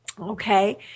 Okay